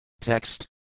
Text